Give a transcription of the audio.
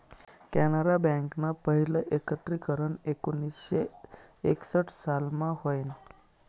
कॅनरा बँकनं पहिलं एकत्रीकरन एकोणीसशे एकसठ सालमा व्हयनं